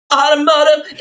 automotive